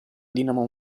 dinamo